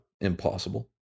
Impossible